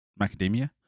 Macadamia